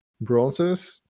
bronzes